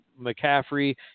McCaffrey